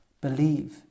believe